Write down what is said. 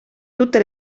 tutte